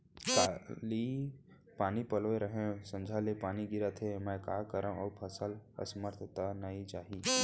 काली पानी पलोय रहेंव, संझा ले पानी गिरत हे, मैं का करंव अऊ फसल असमर्थ त नई जाही?